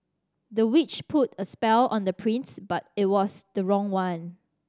the witch put a spell on the prince but it was the wrong one